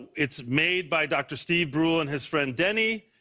it's made by dr. steve brule and his friend diseny.